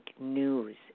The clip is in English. news